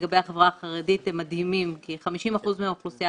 לגבי החברה החרדית הם מדהימים כי 50% מהאוכלוסייה